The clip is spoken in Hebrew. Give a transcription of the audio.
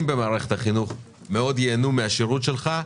במערכת החינוך מאוד ייהנו מהשירות שלך,